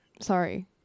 Sorry